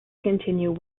continue